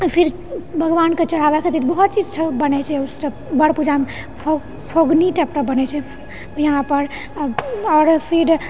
फिर भगवानकऽ चढ़ाबै खातिर बहुत चीजसभ बनैत छै उस बड़ पूजामऽ फो फोगनी टप टपकऽ बनैत छै यहाँपर आओर फिर